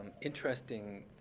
interesting